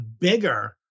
bigger